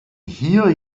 hier